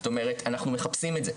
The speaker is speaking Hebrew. זאת אומרת, אני מחפשים את זה,